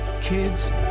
kids